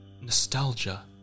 nostalgia